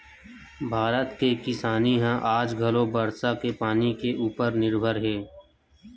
भारत के किसानी ह आज घलो बरसा के पानी के उपर निरभर हे